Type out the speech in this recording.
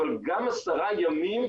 אבל גם עשרה ימים,